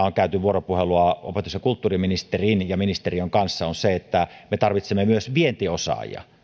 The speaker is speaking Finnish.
on käyty vuoropuhelua opetus ja kulttuuriministerin ja ministeriön kanssa on se että me tarvitsemme myös vientiosaajia